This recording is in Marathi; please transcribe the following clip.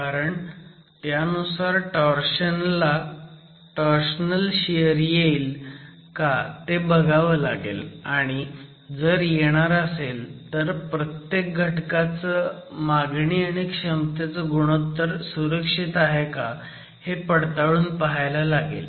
कारण त्यानुसार टोर्शन ल शियर येईल का ते बघावं लागेल आणि जर येणार असेल तर प्रत्येक घटकाचं मागणी आणि क्षमतेचं गुणोत्तर सुरक्षित आहे का ते पडताळून पहायला लागेल